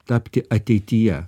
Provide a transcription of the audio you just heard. tapti ateityje